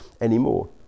anymore